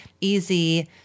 easy